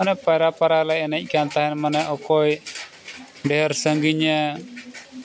ᱚᱱᱮ ᱯᱟᱭᱨᱟ ᱯᱟᱭᱨᱟ ᱞᱮ ᱮᱱᱮᱡ ᱠᱟᱱ ᱛᱟᱦᱮᱱ ᱢᱟᱱᱮ ᱚᱠᱚᱭ ᱰᱷᱮᱹᱨ ᱥᱟᱺᱜᱤᱧᱮ